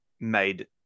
made